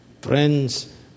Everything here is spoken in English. Friends